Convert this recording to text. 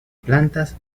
plantas